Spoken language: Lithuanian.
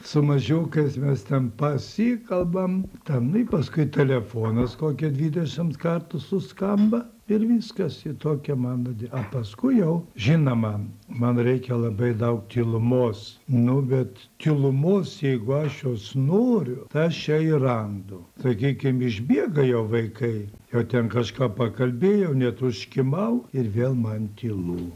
su mažiukais mes ten pasikalbam tenai paskui telefonas kokį dvidešimt kartų suskamba ir viskas ir tokia mano die o paskui jau žinoma man reikia labai daug tylumos nu bet tylumos jeigu aš jos noriu tai aš ją ir randu sakykim išbėga jau vaikai jau ten kažką pakalbėjau net užkimau ir vėl man tylu